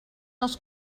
als